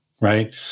right